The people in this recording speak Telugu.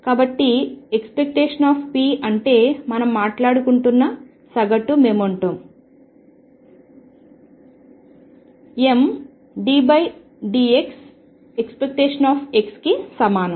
కాబట్టి ⟨p⟩ అంటే మనం మాట్లాడుకుంటున్న సగటు మొమెంటం mddt⟨x⟩ కి సమానం